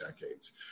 decades